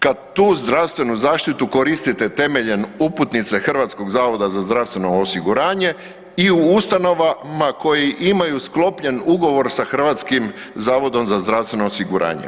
Kad tu zdravstvenu zaštitu koristite temeljem uputnice Hrvatskog zavoda za zdravstvenog osiguranje i u ustanovama koji imaju sklopljen ugovor sa Hrvatskim zavodom za zdravstveno osiguranje.